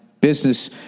business